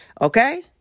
okay